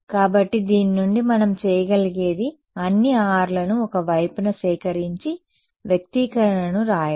కాబట్టి దీని నుండి మనం చేయగలిగేది అన్ని R లను ఒక వైపున సేకరించి వ్యక్తీకరణను వ్రాయడం